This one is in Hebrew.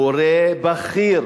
מורה בכיר,